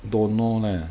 don't know leh